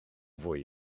fwy